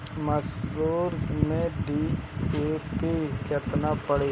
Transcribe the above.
मसूर में डी.ए.पी केतना पड़ी?